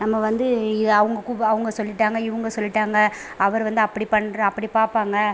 நம்ம வந்து இதை அவங்க கு அவங்க சொல்லிட்டாங்க இவங்க சொல்லிட்டாங்க அவர் வந்து அப்படி பண்ணுற அப்படி பார்ப்பாங்க